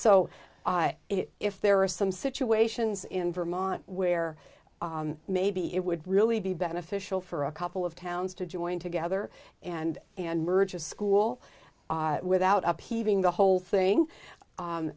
so i if there are some situations in vermont where maybe it would really be beneficial for a couple of towns to join together and and merge a school without up heaving the whole thing